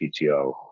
pto